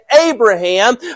Abraham